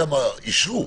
אישרו.